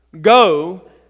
Go